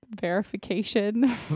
verification